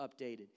updated